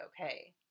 okay